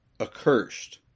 accursed